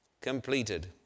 completed